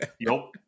Nope